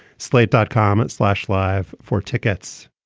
slate dot com and slash live for tickets